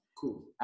cool